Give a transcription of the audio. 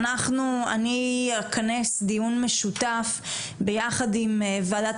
אני אכנס דיון משותף ביחד עם וועדת